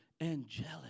angelic